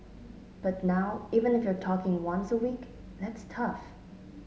but now even if you're talking once a week that's tough